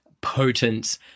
potent